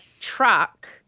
truck